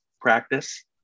practice